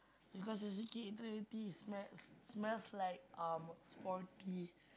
because the C_K Eternity smell smells like um sporty